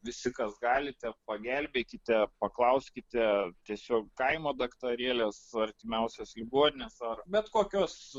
visi kas galite pagelbėkite paklauskite tiesiog kaimo daktarėlės artimiausios ligoninės ar bet kokios